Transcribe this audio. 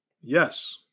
yes